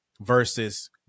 versus